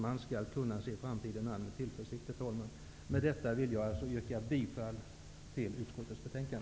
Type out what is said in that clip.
Man skall kunna se framtiden an med tillförsikt, herr talman. Med detta vill jag yrka bifall till utskottets hemställan.